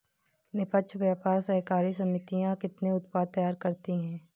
निष्पक्ष व्यापार सहकारी समितियां कितने उत्पाद तैयार करती हैं?